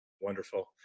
Wonderful